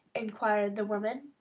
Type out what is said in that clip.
inquired the woman.